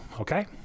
okay